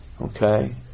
Okay